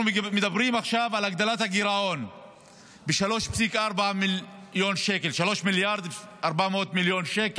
אנחנו מדברים עכשיו על הגדלת הגירעון ב-3.4 מיליארד שקל,